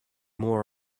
more